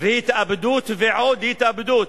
והתאבדות ועוד התאבדות,